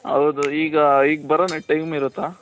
ಹೌದು ಈಗ ಈಗ ಬರಣ ಟೈಮ್ ಇರುತ್ತಾ